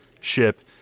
ship